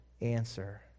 answer